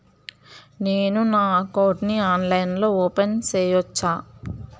నేను నా అకౌంట్ ని ఆన్లైన్ లో ఓపెన్ సేయొచ్చా?